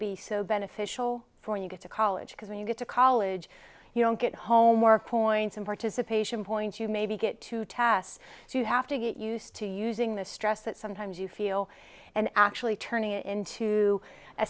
be so beneficial for you get to college because when you get to college you don't get homework points in participation points you maybe get two tasks so you have to get used to using the stress that sometimes you feel and actually turning it into a